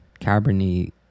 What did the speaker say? Cabernet